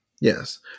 Yes